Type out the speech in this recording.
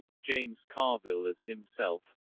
james carville as himself